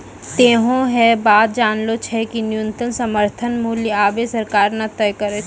तोहों है बात जानै छौ कि न्यूनतम समर्थन मूल्य आबॅ सरकार न तय करै छै